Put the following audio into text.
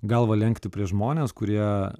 galvą lenkti prieš žmones kurie